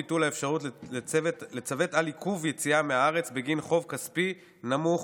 ביטול האפשרות לצוות על עיכוב יציאה מהארץ בגין חוב כספי נמוך),